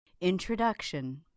Introduction